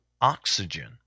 oxygen